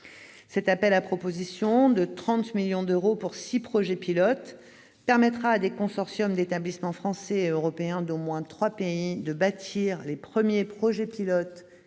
Cet appel à propositions, doté de 30 millions d'euros pour six projets pilotes, permettra à des consortiums d'établissements français et européens d'au moins trois pays de bâtir les premiers projets pilotes